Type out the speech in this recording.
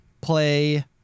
play